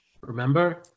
Remember